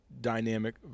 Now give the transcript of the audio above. dynamic